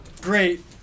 great